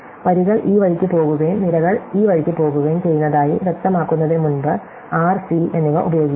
വരികൾ ഈ വഴിക്ക് പോകുകയും നിരകൾ ഈ വഴിക്ക് പോകുകയും ചെയ്യുന്നതായി വ്യക്തമാകുന്നതിന് മുമ്പ് r c എന്നിവ ഉപയോഗിക്കുന്നു